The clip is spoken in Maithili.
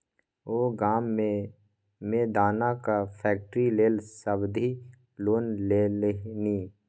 ओ गाममे मे दानाक फैक्ट्री लेल सावधि लोन लेलनि